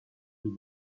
mühe